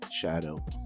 Shadow